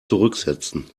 zurücksetzen